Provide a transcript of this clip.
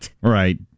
Right